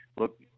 look